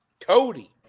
Cody